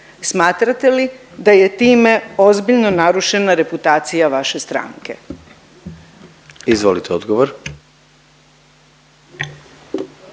Smatrate li da je time ozbiljno narušena reputacija vaše stranke? **Jandroković,